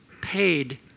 paid